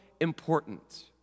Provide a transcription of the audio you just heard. important